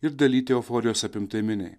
ir dalyti euforijos apimtai miniai